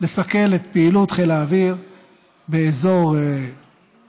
לסכל את פעילות חיל האוויר באזור סוריה,